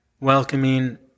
welcoming